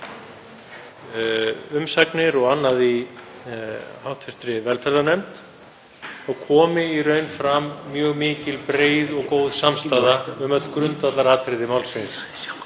umsagnir og annað í hv. velferðarnefnd kom í raun fram mjög mikil, breið og góð samstaða um öll grundvallaratriði málsins,